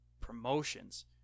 promotions